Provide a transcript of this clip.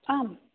आम्